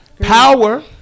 Power